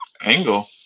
Angle